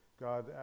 God